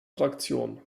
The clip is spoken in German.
fraktion